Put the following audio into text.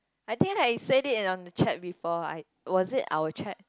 I think like you said it on the chat before I was it our chat